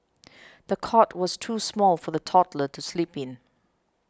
the cot was too small for the toddler to sleep in